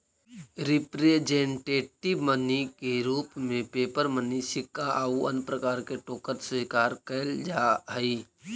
representative money के रूप में पेपर मनी सिक्का आउ अन्य प्रकार के टोकन स्वीकार कैल जा हई